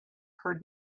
heard